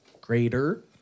greater